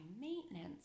maintenance